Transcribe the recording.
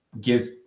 gives